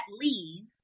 leave